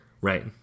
Right